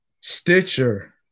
Stitcher